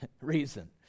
reason